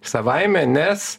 savaime nes